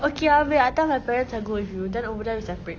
okay abeh atas I tell my parents I go with you then over there we separate